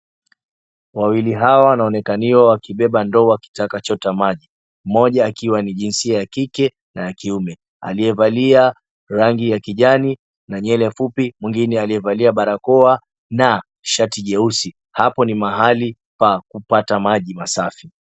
Wawili hawa wanaonekaniwa wakibeba ndoo wakitaka chota maji . Moja akiwa ni jinsia ya kike na ya kiume. Aliyevalia rangi ya kijani na nywele fupi na mwingine aliyevalia barakoa na shati jeusi. Hapo ni mahali pa kupata maji masafi.